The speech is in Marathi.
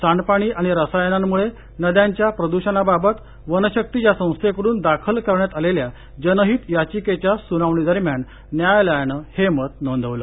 सांडपाणी आणि रसायनांमुळे नद्यांच्या प्रदूषणाबाबत वनशक्ती या संस्थेकडून दाखल करण्यात आलेल्या जनहित याचिकेच्या सुनावणी दरम्यान न्यायालयानं हे मत नोंदवलं